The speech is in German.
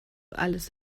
alles